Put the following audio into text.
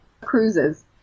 Cruises